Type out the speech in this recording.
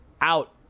out